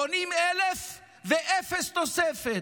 בונים 1,000 ואפס תוספת.